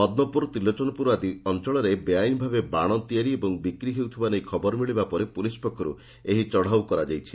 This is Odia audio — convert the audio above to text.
ପଦ୍ମପୁର ତ୍ରିଲୋଚନପୁର ଆଦି ଅଅଳରେ ବେଆଇନ ଭାବେ ବାଶ ତିଆରି ଓ ବିକ୍ ହେଉଥିବା ନେଇ ଖବର ମିଳିବା ପରେ ପୁଲିସ୍ ପକ୍ଷରୁ ଏହି ଚଢ଼ଉ କରାଯାଇଛି